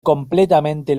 completamente